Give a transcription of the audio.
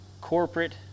corporate